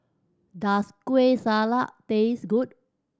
does Kueh Salat taste good